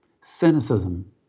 cynicism